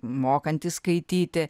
mokantys skaityti